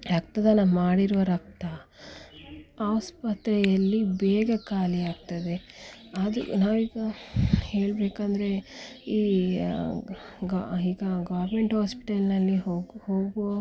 ರಕ್ತದಾನ ಮಾಡಿರುವ ರಕ್ತ ಆಸ್ಪತ್ರೆಯಲ್ಲಿ ಬೇಗ ಖಾಲಿ ಆಗ್ತದೆ ಆದರೂ ನಾವೀಗ ಹೇಳಬೇಕಂದ್ರೆ ಈ ಗ ಈಗ ಗೋರ್ಮೆಂಟ್ ಹಾಸ್ಪಿಟಲ್ಲಿನಲ್ಲಿ ಹೋಗು ಹೋಗು